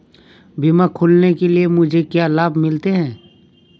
बीमा खोलने के लिए मुझे क्या लाभ मिलते हैं?